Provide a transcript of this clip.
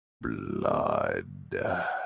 blood